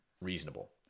reasonable